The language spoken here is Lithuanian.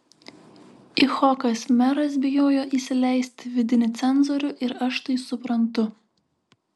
icchokas meras bijojo įsileisti vidinį cenzorių ir aš tai suprantu